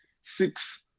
six